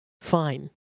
Fine